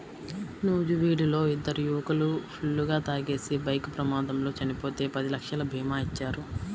నూజివీడులో ఇద్దరు యువకులు ఫుల్లుగా తాగేసి బైక్ ప్రమాదంలో చనిపోతే పది లక్షల భీమా ఇచ్చారు